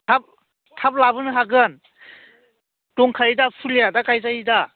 थाब थाब लाबोनो हागोन दंखायोदा फुलिया दा गायजायोदा